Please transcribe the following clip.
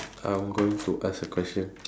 I'm going to ask a question